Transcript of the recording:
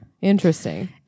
Interesting